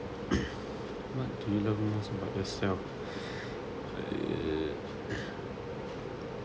what do you love most about yourself err